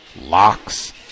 locks